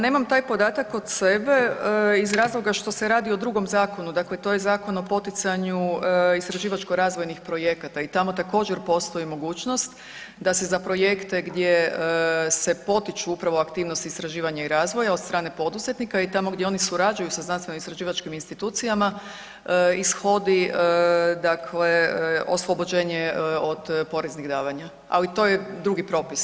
Nemam taj podatak kod sebe iz razloga što se radi o drugom zakonu, dakle to je Zakon o poticanju istraživačko-razvojnih projekata i tamo također, postoji mogućnost da se za projekte gdje se potiču upravo aktivnosti istraživanja i razvoja od strane poduzetnika i tamo gdje oni surađuju sa znanstveno-istraživačkim institucijama, ishodi dakle oslobođenje od poreznih davanja, ali to je drugi propis.